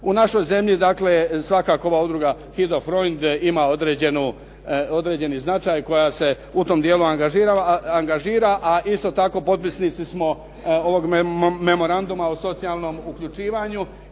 U našoj zemlji svakako ova Udruga "Hinkofreund" ima određeni značaj koja se u tom dijelu angažirala, a isto tako potpisnici smo ovog Memoranduma o socijalnom uključivanju